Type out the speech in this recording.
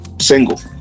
single